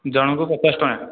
ଜଣଙ୍କୁ ପଚାଶ ଟଙ୍କା